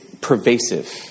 pervasive